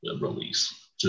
release